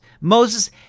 Moses